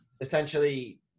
essentially